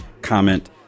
comment